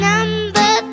Number